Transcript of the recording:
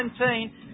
17